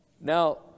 Now